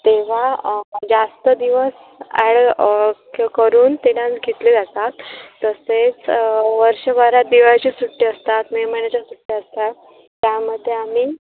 तेव्हा जास्त दिवस ॲड के करून ते डान्स घेतले जातात तसेच वर्षभरात दिवाळीचे सुट्टी असतात मे महिन्याच्या सुट्ट्या असतात त्यामध्ये आम्ही